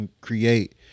create